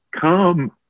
Come